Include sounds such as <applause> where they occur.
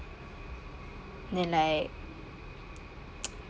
then like <noise>